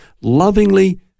lovingly